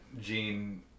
gene